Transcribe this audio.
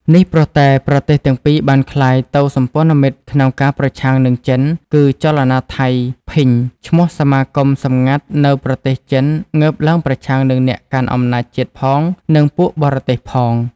នេះព្រោះតែ ប្រទេសទាំងពីរបានក្លាយទៅសម្ព័ន្ធមិត្តក្នុងការប្រឆាំងនឹង ចិនគឺចលនាថៃ ភិញឈ្មោះសមាគម សម្ងាត់នៅប្រទេសចិនងើបឡើងប្រឆាំងនឹងអ្នកកាន់អំណាចជាតិផង និងពួកបរទេសផង។